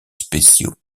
spéciaux